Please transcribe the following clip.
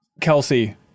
Kelsey